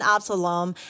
Absalom